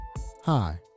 Hi